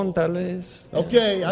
Okay